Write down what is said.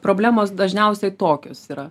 problemos dažniausiai tokios yra